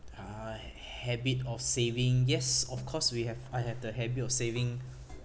uh habit of saving yes of course we have I have the habit of saving